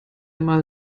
mal